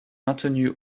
maintenu